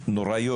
נוראיות.